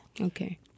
okay